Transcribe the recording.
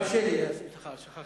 גם שלי, סליחה.